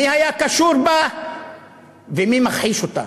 מי היה קשור בה ומי מכחיש אותה.